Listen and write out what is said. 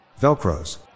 Velcros